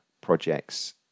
projects